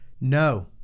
No